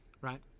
right